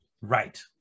right